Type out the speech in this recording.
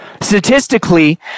Statistically